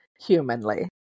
humanly